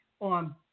on